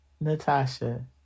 Natasha